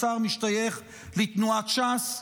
השר משתייך לתנועת ש"ס.